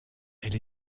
elle